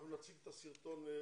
אנחנו נציג את הסרטון.